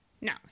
no